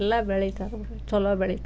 ಎಲ್ಲ ಬೆಳಿತಾರಿವರು ಛಲೋ ಬೆಳಿತಾರೆ